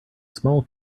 small